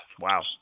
Wow